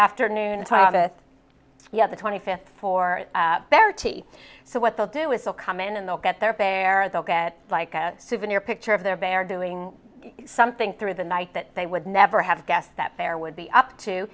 afternoon tavis yet the twenty fifth for berti so what they'll do is they'll come in and they'll get their fair they'll get like a souvenir picture of their bear doing something through the night that they would never have guessed that there would be up to